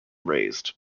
raised